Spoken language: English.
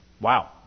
Wow